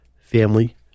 family